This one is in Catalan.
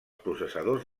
processadors